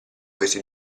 questi